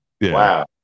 Wow